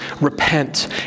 repent